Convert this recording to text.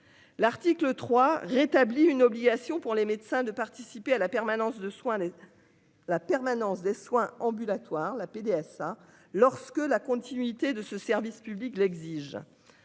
L'article 3 rétabli une obligation pour les médecins de participer à la permanence de soins.-- La permanence des soins ambulatoires la PDSA. Lorsque la. Continuité de ce service public l'exige.